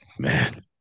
man